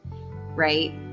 Right